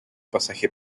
pasaje